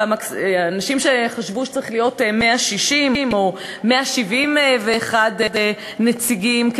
היו אנשים שחשבו שצריכים להיות 160 או 171 נציגים,